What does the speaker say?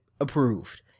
approved